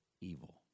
evil